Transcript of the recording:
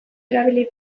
erabili